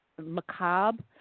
macabre